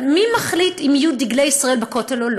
מי מחליט אם יהיו דגלי ישראל בכותל או לא?